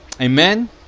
amen